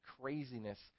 craziness